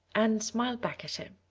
anne smiled back at him.